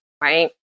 right